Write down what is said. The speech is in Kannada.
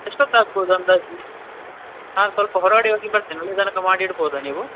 ಎಷ್ಟೊತ್ತು ಆಗ್ಬೋದು ಅಂದಾಜು ನಾ ಸ್ವಲ್ಪ ಹೊರಗಡೆ ಹೋಗಿ ಬರ್ತೇನೆ ಅಲ್ಲಿ ತನಕ ಮಾಡಿ ಇಡ್ಬೋದ ನೀವು